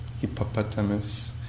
hippopotamus